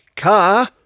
Car